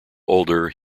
older